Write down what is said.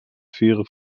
faire